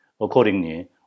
Accordingly